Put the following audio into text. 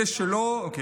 אלה שלא, מכחיש את השואה.